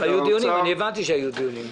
הבנתי שהיו דיונים.